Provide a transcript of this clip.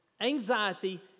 anxiety